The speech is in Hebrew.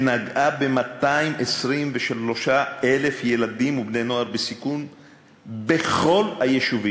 שנגעה ב-223,000 ילדים ובני-נוער בסיכון בכל היישובים,